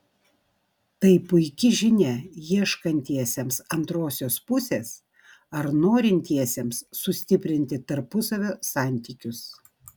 tai puiki žinia ieškantiesiems antrosios pusės ar norintiesiems sustiprinti tarpusavio santykius